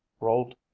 rolled